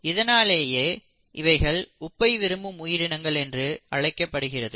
இதனாலேயே இவைகள் உப்பை விரும்பும் உயிரினங்கள் என்று அழைக்கப்படுகிறது